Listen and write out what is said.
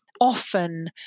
often